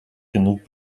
genug